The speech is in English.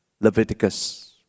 Leviticus